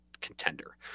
contender